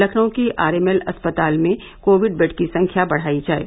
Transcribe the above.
लखनऊ के आरएमएल अस्पताल में कोविड बेड की संख्या बढ़ाई जाये